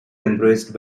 embraced